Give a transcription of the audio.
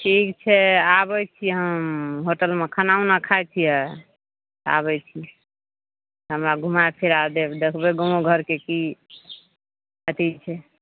ठीक छै आबै छी हम होटलमे खाना ओना खाय छियै आबै छी हमरा घूमा फिरा देब देखबै गाँव घरके की अथी छै